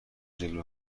جلو